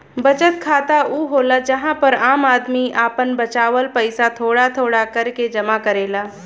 बचत खाता ऊ होला जहां पर आम आदमी आपन बचावल पइसा थोड़ा थोड़ा करके जमा करेला